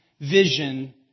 vision